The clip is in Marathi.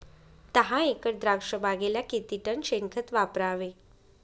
दहा एकर द्राक्षबागेला किती टन शेणखत वापरावे?